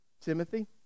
Timothy